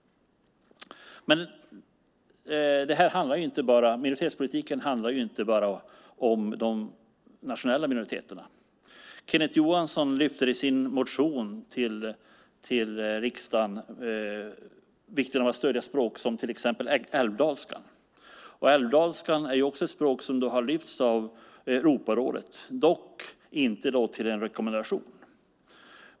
Men minoritetspolitiken handlar inte bara om de nationella minoriteterna. Kenneth Johansson lyfter i sin motion till riksdagen fram vikten av att stödja språk som till exempel älvdalskan. Älvdalskan är också ett språk som har lyfts fram av Europarådet, dock inte till en rekommendation.